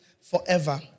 forever